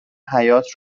حیاط